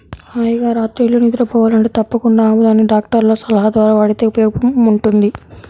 హాయిగా రాత్రిళ్ళు నిద్రబోవాలంటే తప్పకుండా ఆముదాన్ని డాక్టర్ల సలహా ద్వారా వాడితే ఉపయోగముంటది